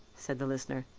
said the listener.